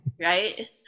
Right